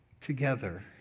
together